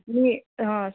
मी हां